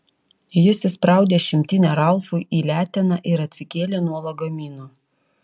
jis įspraudė šimtinę ralfui į leteną ir atsikėlė nuo lagamino